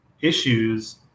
issues